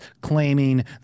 claiming